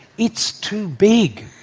it's too big.